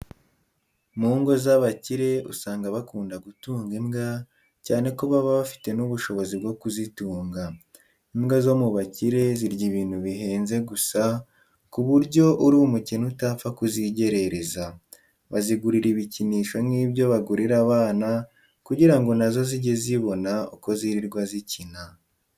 Mu ngo z'abakire usanga bakunda gutunga imbwa, cyane ko baba bafite n'ubushobozi bwo kuzitunga. Imbwa zo mu bakire zirya ibintu bihenze gusa ku buryo uri umukene utapfa kuzigerereza. Bazigurira ibikinisho nk'ibyo bagurira abana kugira ngo na zo zijye zibona uko zirirwa zikina.